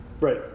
right